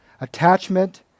Attachment